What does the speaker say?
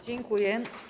Dziękuję.